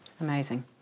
Amazing